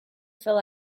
fill